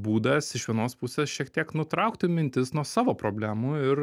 būdas iš vienos pusės šiek tiek nutraukti mintis nuo savo problemų ir